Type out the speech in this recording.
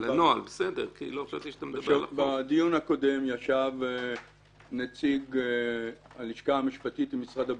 בדיון הקודם ישב נציג הלשכה המשפטית ממשרד הביטחון.